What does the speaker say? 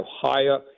higher